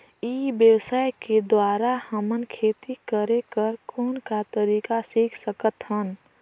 ई व्यवसाय के द्वारा हमन खेती करे कर कौन का तरीका सीख सकत हन?